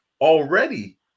already